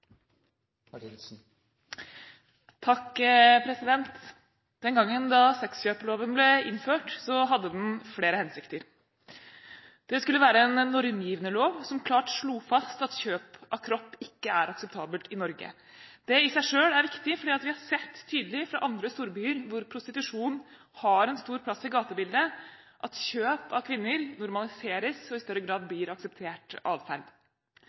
moderne slaveri. Den gangen sexkjøpsloven ble innført, hadde den flere hensikter. Det skulle være en normgivende lov som klart slo fast at kjøp av kropp ikke er akseptabelt i Norge. Det i seg selv er viktig fordi vi har sett tydelig fra andre storbyer hvor prostitusjon har en stor plass i gatebildet, at kjøp av kvinner normaliseres og i større grad blir akseptert